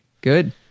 good